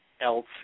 else